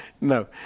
No